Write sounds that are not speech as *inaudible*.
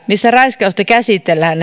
missä raiskausta käsitellään *unintelligible*